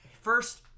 First